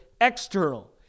external